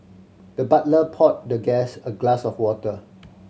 the butler poured the guest a glass of water